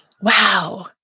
Wow